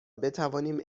بتوانیم